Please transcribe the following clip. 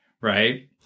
right